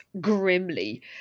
grimly